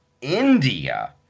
India